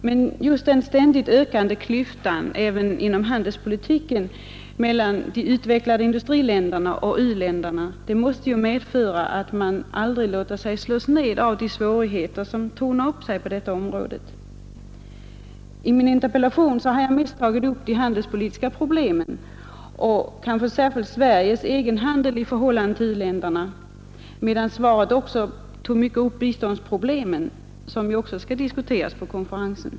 Men just den ständigt ökande klyftan — även handelspolitiskt — mellan de utvecklade industriländerna och u-länderna Nr 54 måste medföra att man aldrig låter sig slås ned av svårigheterna som Fredagen den tornar upp sig på detta område. 7 april 1972 I min interpellation har jag mest uppehållit mig vid de handelspolitiska ——— problemen och då särskilt Sveriges egen handel i förhållande till Ang. u-landsfrågorna u-länderna, medan svaret även tar upp biståndsproblemen, som ju också vid den tredje världsdiskuteras på konferensen.